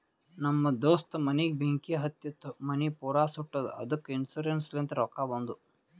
ನಮ್ ದೋಸ್ತ ಮನಿಗ್ ಬೆಂಕಿ ಹತ್ತಿತು ಮನಿ ಪೂರಾ ಸುಟ್ಟದ ಅದ್ದುಕ ಇನ್ಸೂರೆನ್ಸ್ ಲಿಂತ್ ರೊಕ್ಕಾ ಬಂದು